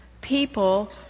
people